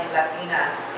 Latinas